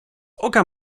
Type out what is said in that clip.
oka